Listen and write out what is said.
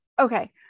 Okay